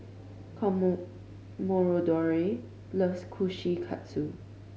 Commodore loves Kushikatsu